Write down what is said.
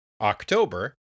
October